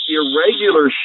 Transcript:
irregular